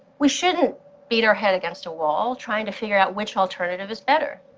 we shouldn't beat our head against a wall trying to figure out which alternative is better.